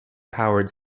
powered